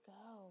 go